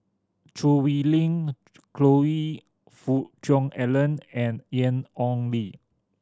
Choo Hwee Lim Choe Fook Cheong Alan and Ian Ong Li